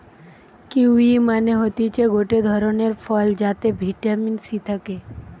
kiwi মানে হতিছে গটে ধরণের ফল যাতে ভিটামিন সি থাকে